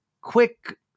quick